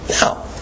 Now